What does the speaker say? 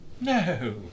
No